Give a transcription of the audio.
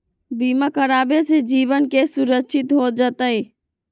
बीमा करावे से जीवन के सुरक्षित हो जतई?